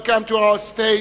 Welcome to our state,